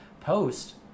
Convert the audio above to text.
post